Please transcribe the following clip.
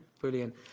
brilliant